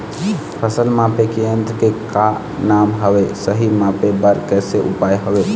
फसल मापे के यन्त्र के का नाम हवे, सही मापे बार कैसे उपाय हवे?